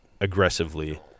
aggressively